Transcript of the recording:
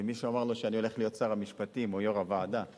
ומישהו אמר לו שאני הולך להיות שר המשפטים או יושב-ראש הוועדה.